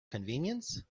convenience